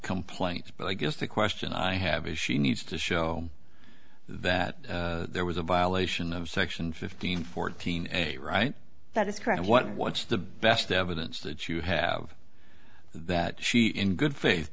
complaints but i guess the question i have is she needs to show that there was a violation of section fifteen fourteen a right that is correct what what's the best evidence that you have that she in good faith